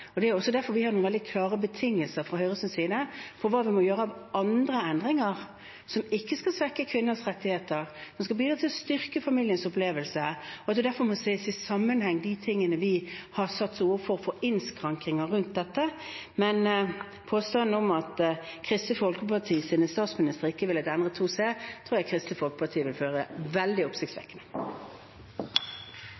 Det er også derfor vi har noen veldig klare betingelser fra Høyres side for hva vi må gjøre av andre endringer – som ikke skal svekke kvinners rettigheter, men bidra til å styrke familiens opplevelse. Det er derfor disse tingene må ses i sammenheng når det gjelder innskrenkninger rundt dette. Men påstanden om at Kristelig Folkepartis statsministre ikke har villet endre § 2c, tror jeg Kristelig Folkeparti vil føle veldig